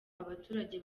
abaturage